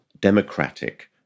democratic